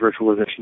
virtualization